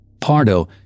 Pardo